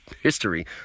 history